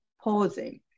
pausing